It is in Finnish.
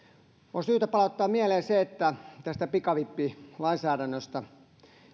on syytä palauttaa mieleen se että tästä pikavippilainsäädännöstä